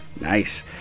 nice